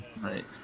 Right